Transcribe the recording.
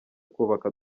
kubaka